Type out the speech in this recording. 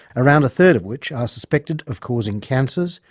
around a third of which are suspected of causing cancers,